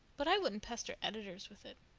but i wouldn't pester editors with it.